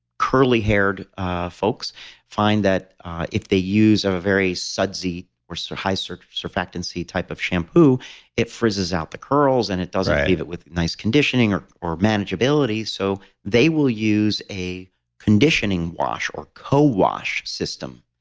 curly-haired folks find that if they use a very sudsy, or so high sort of surfactancy-type of shampoo it frizzes out the curls and it doesn't leave it with nice conditioning or or manageability, so they will use a conditioning wash, or co-wash system.